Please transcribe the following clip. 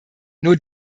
nur